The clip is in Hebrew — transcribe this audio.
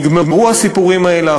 נגמרו הסיפורים האלה,